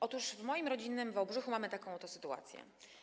Otóż w moim rodzinnym Wałbrzychu mamy taką oto sytuację.